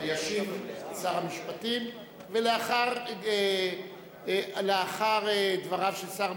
ישיב שר המשפטים, ולאחר דבריו של שר המשפטים,